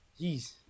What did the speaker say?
Jeez